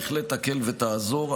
בהחלט תקל ותעזור.